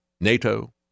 NATO